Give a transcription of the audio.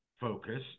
focus